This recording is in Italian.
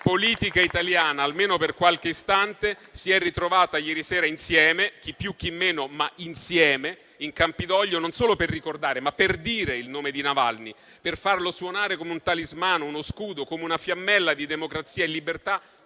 politica italiana, almeno per qualche istante, si è ritrovata ieri sera insieme - chi più e chi meno, ma insieme - in Campidoglio, non solo per ricordare, ma per dire il nome di Navalny, per farlo suonare come un talismano, uno scudo, come una fiammella di democrazia e libertà,